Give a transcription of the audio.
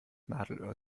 nadelöhr